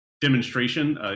demonstration